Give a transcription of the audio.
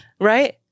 right